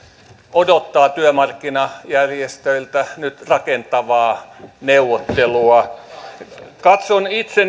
odottaa työmarkkinajärjestöiltä nyt rakentavaa neuvottelua katson itse